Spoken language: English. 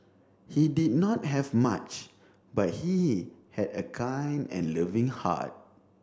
he did not have much but he had a kind and loving heart